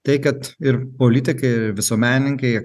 tai kad ir politikai ir visuomenininkai